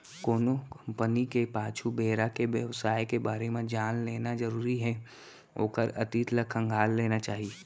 कोनो कंपनी के पाछू बेरा के बेवसाय के बारे म जान लेना जरुरी हे ओखर अतीत ल खंगाल लेना चाही